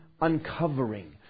uncovering